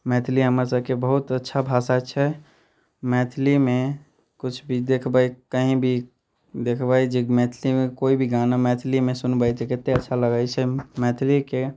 मैथिली हमरसबके बहुत अच्छा भाषा छै मैथिलीमे किछु भी देखबै कहीँ भी देखबै जे मैथिलीमे कोइ भी गाना मैथिलीमे सुनबै तऽ कतेक अच्छा लगै छै मैथिलीके